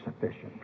sufficient